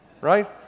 Right